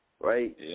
right